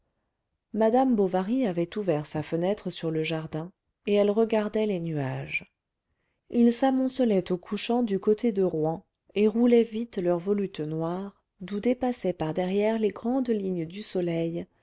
madame bovary avait ouvert sa fenêtre sur le jardin et elle regardait les nuages ils s'amoncelaient au couchant du côté de rouen et roulaient vite leurs volutes noires d'où dépassaient par derrière les grandes lignes du soleil